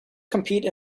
compete